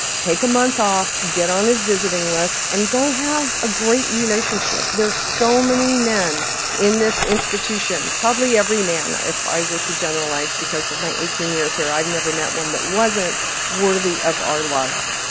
take a month off, get on his visiting list, and go have a great relationship. there are so many men in this institution, probably every man, if i were to generalize, because in my eighteen years here, i've never met one that wasn't worthy of our love.